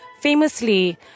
famously